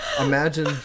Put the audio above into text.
imagine